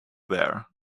there